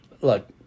look